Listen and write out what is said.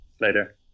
Later